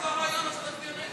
אדוני יושב-ראש